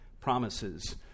promises